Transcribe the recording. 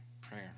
prayer